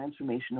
transformational